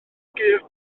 gur